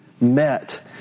met